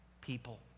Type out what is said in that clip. people